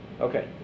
Okay